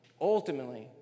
ultimately